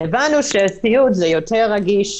הבנו שסיעוד זה יותר רגיש,